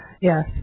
Yes